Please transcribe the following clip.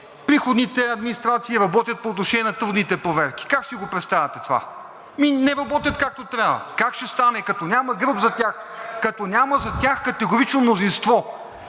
приходните администрации работят по отношение на трудните проверки. Как си го представяте това?! Ми не работят както трябва. Как ще стане, като няма гръб зад тях, като няма зад тях категорично мнозинство?